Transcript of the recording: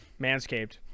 Manscaped